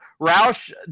Roush